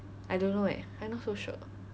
I don't know eh I not so sure